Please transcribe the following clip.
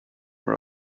them